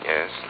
Yes